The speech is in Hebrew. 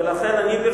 ולכן אני,